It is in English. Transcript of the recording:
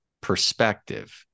perspective